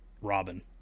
Robin